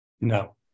no